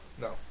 No